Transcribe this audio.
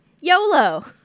yolo